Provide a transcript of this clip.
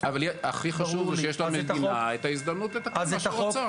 הכי חשוב זה שיש למדינה את ההזדמנות לתקן מה שהיא רוצה.